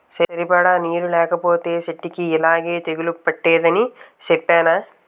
సరిపడా నీరు లేకపోతే సెట్టుకి యిలాగే తెగులు పట్టేద్దని సెప్పేనా?